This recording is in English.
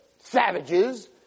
savages